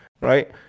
right